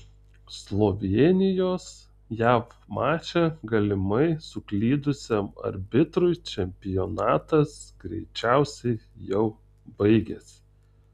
slovėnijos jav mače galimai suklydusiam arbitrui čempionatas greičiausiai jau baigėsi